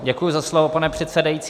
Děkuji za slovo, pane předsedající.